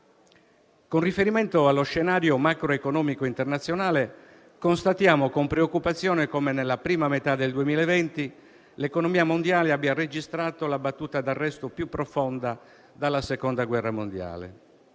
Con riferimento allo scenario macroeconomico internazionale, constatiamo con preoccupazione come nella prima metà del 2020 l'economia mondiale abbia registrato la battuta d'arresto più profonda dalla Seconda guerra mondiale